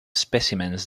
specimens